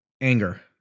anger